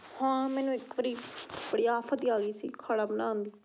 ਹਾਂ ਮੈਨੂੰ ਇੱਕ ਵਾਰੀ ਬੜੀ ਆਫ਼ਤ ਹੀ ਆ ਗਈ ਸੀ ਖਾਣਾ ਬਣਾਉਣ ਦੀ